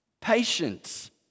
Patience